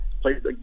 Played